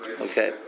okay